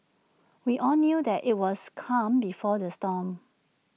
we all knew that IT was calm before the storm